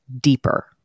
deeper